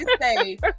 say